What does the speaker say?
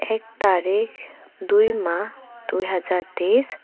এক তাৰিখ দুইমাহ দুই হাজাৰ তেইছ